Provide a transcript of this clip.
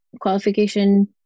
qualification